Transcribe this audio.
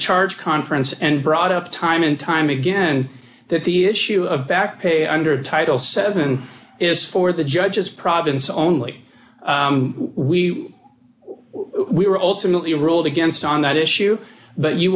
charge conference and brought up time and time again that the issue of backpay under title seven is for the judge's province only we we were ultimately ruled against on that issue but you